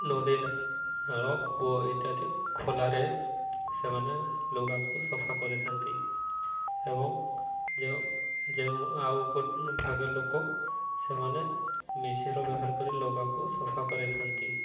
ନଦୀ ନାଳ କୂଅ ଇତ୍ୟାଦି ଖୋଲାରେ ସେମାନେ ଲୁଗାକୁ ସଫା କରିଥାନ୍ତି ଏବଂ ଯେଉଁ ଯେଉଁ ଆଉ ଭାଗେ ଲୋକ ସେମାନେ ମିିଶିରିର ବ୍ୟବହାର କରି ଲୁଗାକୁ ସଫା କରିଥାନ୍ତି